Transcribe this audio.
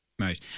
Right